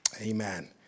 Amen